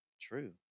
true